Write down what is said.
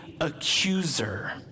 accuser